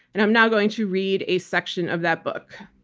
and i'm now going to read a section of that book.